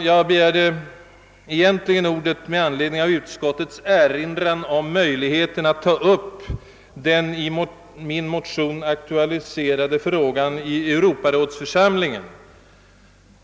Jag begärde egentligen ordet med anledning av utskottets erinran om möjligheten att ta upp den i min motion aktualiserade frågan i europarådsförsamlingen.